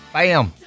Bam